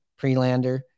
Prelander